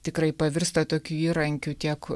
tikrai pavirsta tokiu įrankiu tiek